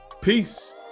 Peace